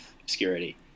obscurity